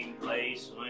place